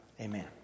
Amen